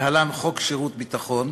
להלן: חוק שירות ביטחון,